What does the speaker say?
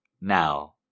Now